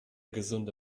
gesunde